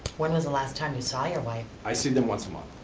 when was the last time you saw your wife? i see them once a month.